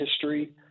history